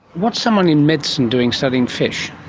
what's someone in medicine doing studying fish?